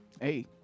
hey